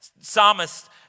Psalmist